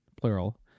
Plural